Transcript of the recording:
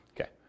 Okay